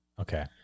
Okay